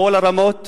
בכל הרמות